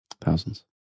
Thousands